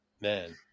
Man